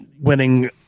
winning